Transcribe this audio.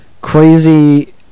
crazy